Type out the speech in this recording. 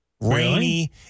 rainy